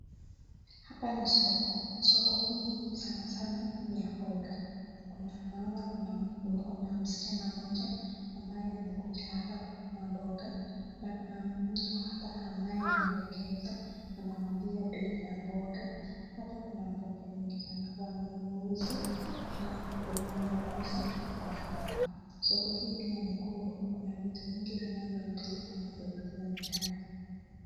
Hapa ni soko soko hii sana sana ni ya mboga naona Kuna msichana moja ambaye amekuja kununua na Kuna mtu ambaye anamwelekeza anamwambia bei za mboga hapa kuna mboga wananuzi na wenye wanauza kwa hapa soko hii pia ni kubwa Kuna vitu mingi zinazo endelea zinazoendelea.